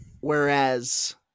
Whereas